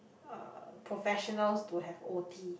uh professionals to have O_T